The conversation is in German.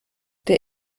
der